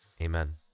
amen